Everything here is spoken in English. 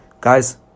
Guys